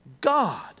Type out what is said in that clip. God